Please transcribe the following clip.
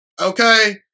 okay